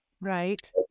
right